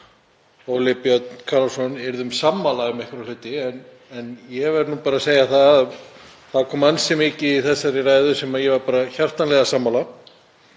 Óli Björn Kárason, yrðum sammála um einhverja hluti. En ég verð bara að segja að það kom ansi margt fram í þessari ræðu sem ég var hjartanlega sammála.